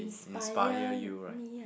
inspire you right